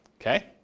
Okay